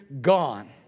gone